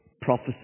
prophecy